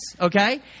Okay